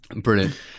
Brilliant